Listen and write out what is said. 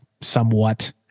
somewhat